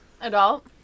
adult